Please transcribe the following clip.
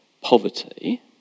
poverty